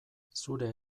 zure